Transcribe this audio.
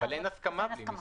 אבל אין הסכמה בלי מסמך.